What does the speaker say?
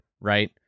right